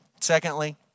Secondly